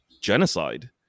genocide